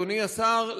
אדוני השר,